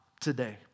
today